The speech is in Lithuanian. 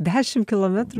dešim kilometrų